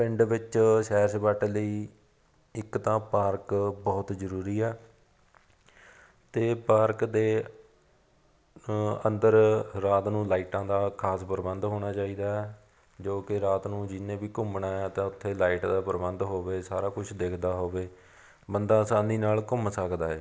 ਪਿੰਡ ਵਿੱਚ ਸੈਰ ਸਪਾਟੇ ਲਈ ਇੱਕ ਤਾਂ ਪਾਰਕ ਬਹੁਤ ਜ਼ਰੂਰੀ ਆ ਅਤੇ ਪਾਰਕ ਦੇ ਅੰਦਰ ਰਾਤ ਨੂੰ ਲਾਈਟਾਂ ਦਾ ਖਾਸ ਪ੍ਰਬੰਧ ਹੋਣਾ ਚਾਹੀਦਾ ਹੈ ਜੋ ਕਿ ਰਾਤ ਨੂੰ ਜਿਸ ਨੇ ਵੀ ਘੁੰਮਣਾ ਤਾਂ ਉੱਥੇ ਲਾਈਟ ਦਾ ਪ੍ਰਬੰਧ ਹੋਵੇ ਸਾਰਾ ਕੁਛ ਦਿਖਦਾ ਹੋਵੇ ਬੰਦਾ ਆਸਾਨੀ ਨਾਲ ਘੁੰਮ ਸਕਦਾ ਹੈ